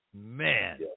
Man